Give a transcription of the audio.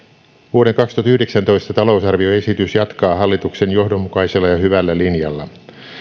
vuoden kaksituhattayhdeksäntoista talousarvioesitys jatkaa hallituksen johdonmukaisella ja hyvällä linjalla